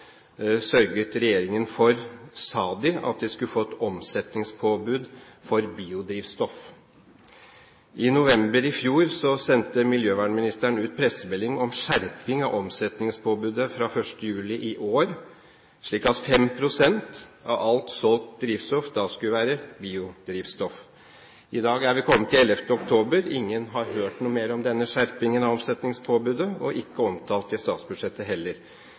sørget regjeringen for – eller de sa – at vi skulle få et omsetningspåbud for biodrivstoff. I november i fjor sendte miljøvernministeren ut pressemelding om skjerping av omsetningspåbudet fra 1. juli i år, slik at 5 pst. av alt solgt drivstoff skulle være biodrivstoff. I dag er vi kommet til 12. oktober. Ingen har hørt noe mer om denne skjerpingen av omsetningspåbudet, og det er ikke omtalt i statsbudsjettet heller.